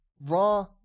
Raw